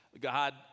God